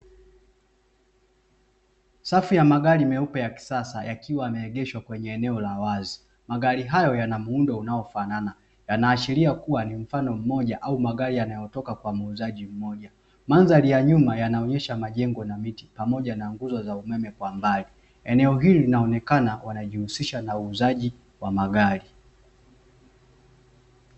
Safu ya magari meupe ya kisasa yakiwa yameegeshwa kwenye eneo la wazi, magari hayo yanamuundo unaofanana yanaashiria kuwa ni mfano mmoja au magari yanayotoka kwa muuzaji mmoja, mandhari ya nyuma yanaonyesha majengo na miti pamoja na nguzo za umeme kwa mbali, eneo hili linaonekana wanajihusisha na uuzaji wa magari.